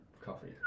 Coffee